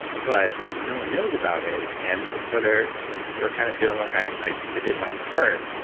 but no one knows about it. and and so they're they're kind of feeling like, i did my part,